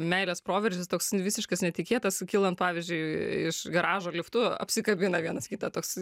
meilės proveržis toks visiškas netikėtas kylam pavyzdžiui iš garažo liftu apsikabina vienas kitą toks